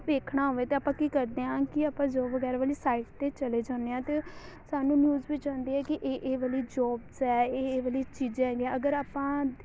ਦੇਖਣਾ ਹੋਵੇ ਤਾਂ ਆਪਾਂ ਕੀ ਕਰਦੇ ਆ ਕਿ ਆਪਾਂ ਜੋਬ ਵਗੈਰਾ ਵਾਲੀ ਸਾਈਟ 'ਤੇ ਚਲੇ ਜਾਂਦੇ ਹਾਂ ਅ ਸਾਨੂੰ ਨਿਊਜ਼ ਮਿਲ ਜਾਂਦੀ ਹੈ ਕਿ ਇਹ ਇਹ ਵਾਲੀ ਜੋਬਸ ਹੈ ਇਹ ਇਹ ਵਾਲੀ ਚੀਜ਼ਾਂ ਹੈਗੀਆਂ ਅਗਰ ਆਪਾਂ